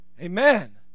Amen